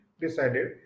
decided